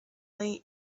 late